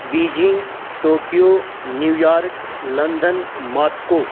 Beijing Tokyo New York London Moscow